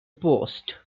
post